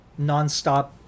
nonstop